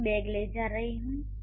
मैं एक बैग ले जा रही हूँ